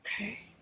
okay